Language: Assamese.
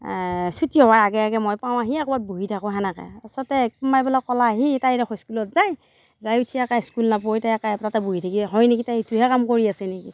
ছুটী হোৱাৰ আগে আগে মই পাওঁহি আকৌ ক'ৰবাত বহি থাকো সেনেকৈ আচলতে কোনোবাই বোলে ক'লাহি তাই দেখোন স্কুলত যায় যাই উঠি আকৌ স্কুল নপঢ়ি তাই তাতে বহি থাকে হয় নিকি তাই এইটোহে কাম কৰি আছে নিকি